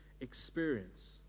experience